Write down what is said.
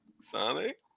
Sonic